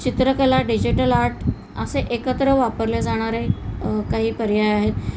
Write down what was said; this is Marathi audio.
चित्रकला डिजिटल आर्ट असे एकत्र वापरले जाणारे काही पर्याय आहेत